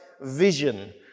vision